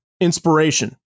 inspiration